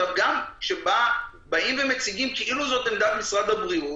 גם כשבאים שמציגים כאילו זו עמדת הבריאות,